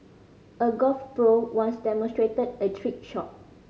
a golf pro once demonstrated a trick shot